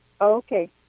Okay